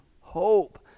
hope